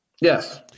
yes